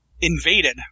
invaded